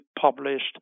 published